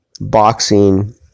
boxing